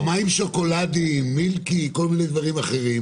מה עם שוקולד ומילקי וכל מיני דברים אחרים?